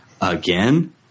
again